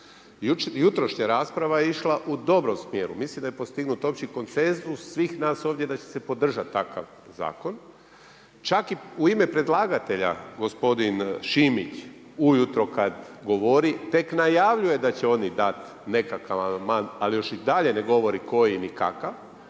Jutrošnja rasprava je išla u dobrom smjeru, mislim da je postignut opći konsenzus svih nas ovdje da će se podržati takav zakon. Čak i u ime predlagatelja gospodin Šimić ujutro kada govori tek najavljuje da će oni dati nekakav amandman ali još i dalje ne govori koji ni kakav,